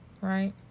right